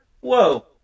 Whoa